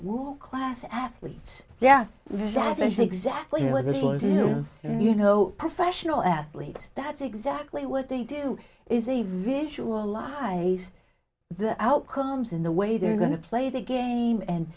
wool class athletes yeah that's exactly what you know professional athletes that's exactly what they do is a visual lies the outcomes in the way they're going to play the game and